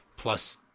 plus